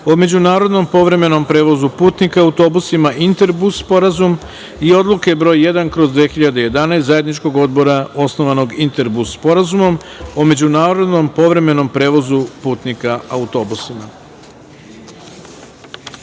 o međunarodnom povremenom prevozu putnika autobusima (Interbus sporazum) i Odluke br. 1/2011 Zajedničkog odbora osnovanog Interbus sporazumom o međunarodnom povremenom prevozu putnika autobusima. Jedanaesta